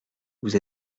vous